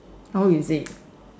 how is it